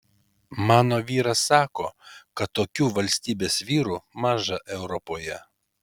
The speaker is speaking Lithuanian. mano vyras sako kad tokių valstybės vyrų maža europoje